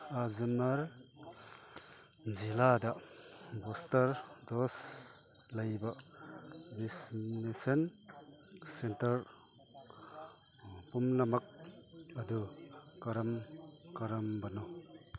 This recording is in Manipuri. ꯑꯖꯃꯔ ꯖꯤꯜꯂꯥꯗ ꯕꯨꯁꯇꯔ ꯗꯣꯁ ꯂꯩꯕ ꯕꯦꯛꯁꯤꯅꯦꯁꯟ ꯁꯦꯟꯇꯔ ꯄꯨꯝꯅꯃꯛ ꯑꯗꯨ ꯀꯔꯝ ꯀꯔꯝꯕꯅꯣ